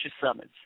summits